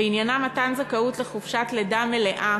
ועניינה מתן זכאות לחופשת לידה מלאה